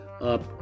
up